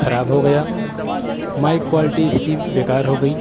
خراب ہو گیا مائک کوالٹی اس کی بے کار ہو گئی